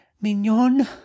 Mignon